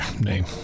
name